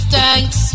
thanks